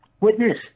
witness